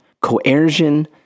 coercion